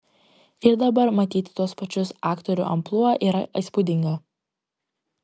ir dabar matyti tuos pačius aktorių amplua yra įspūdinga